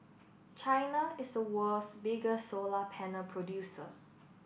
China is the world's bigger solar panel producer